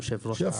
מה